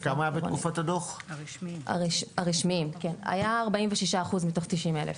כמה היה בתקופת הדו"ח היה 46% מתוך 90 אלף.